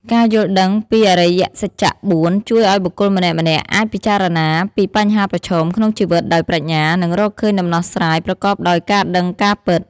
ការយល់ដឹងពីអរិយសច្ចៈ ៤ ជួយឲ្យបុគ្គលម្នាក់ៗអាចពិចារណាពីបញ្ហាប្រឈមក្នុងជីវិតដោយប្រាជ្ញា និងរកឃើញដំណោះស្រាយ ប្រកបដោយការដឹងការពិត។